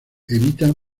evita